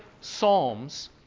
psalms